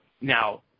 Now